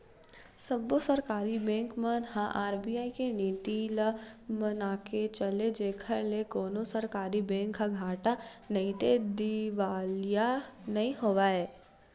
सब्बो सरकारी बेंक मन ह आर.बी.आई के नीति ल मनाके चले जेखर ले कोनो सरकारी बेंक ह घाटा नइते दिवालिया नइ होवय